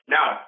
Now